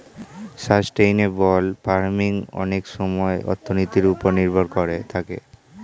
sustainable farming অনেক সময়ে অর্থনীতির ওপর নির্ভর করে থাকে